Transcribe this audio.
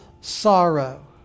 sorrow